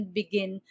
begin